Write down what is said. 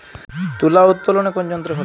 তুলা উত্তোলনে কোন যন্ত্র ভালো?